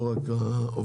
לא רק העובדים,